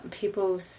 people